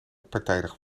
partijdig